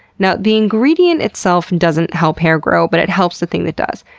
now, the ingredient itself doesn't help hair grow, but it helps the thing that does.